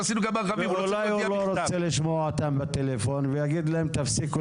אולי הוא לא רוצה לשמוע אותם בטלפון ויגיד להם שיפסיקו